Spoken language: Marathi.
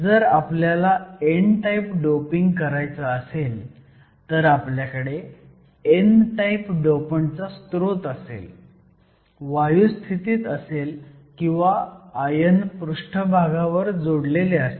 जर आपल्याला n टाईप डोपिंग करायचं असेल तर आपल्याकडे n टाईप डोपंट चा स्रोत असेल वायूस्थितीत असेल किंवा आयन पृष्ठभागावर जोडलेले असतील